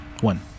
One